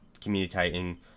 communicating